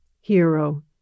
hero